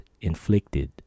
inflicted